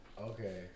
Okay